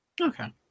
Okay